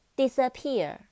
disappear